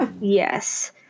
Yes